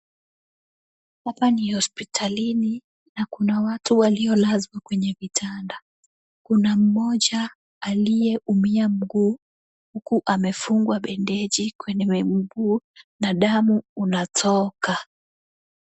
Hapa ni hospitalini, na kuna watu waliolazwa kwenye vitanda. Kuna mmoja aliyeumia mguu huku amefungwa bendeji kwenye mguu na damu inatoka.